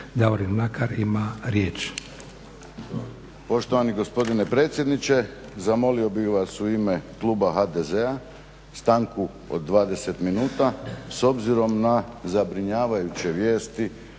Davorin Mlakar ima riječ.